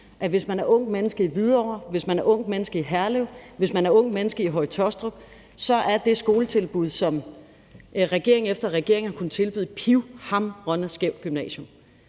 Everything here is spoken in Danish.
Hvis man er et ungt menneske i Hvidovre, hvis man er et ungt menneske i Herlev, hvis man er et ungt menneske i Høje-Taastrup, så er det skoletilbud, som regering efter regering har kunnet tilbyde, et pivhamrende skævt gymnasium.